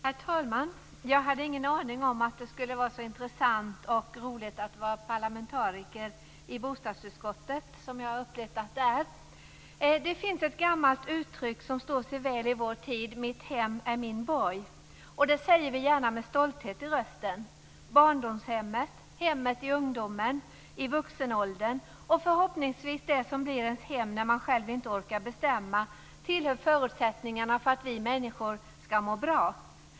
Herr talman! Jag hade ingen aning om att det skulle vara så intressant och roligt att vara parlamentariker i bostadsutskottet som jag upplevt att det är. Det finns ett gammalt uttryck som står sig väl i vår tid: Mitt hem är min borg. Det säger vi gärna med stolthet i rösten. Barndomshemmet, hemmet i ungdomen, i vuxenåldern och förhoppningsvis det som blir ens hem när man själv inte orkar bestämma tillhör förutsättningarna för att vi människor skall må bra.